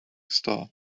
star